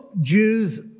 Jews